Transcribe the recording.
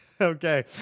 Okay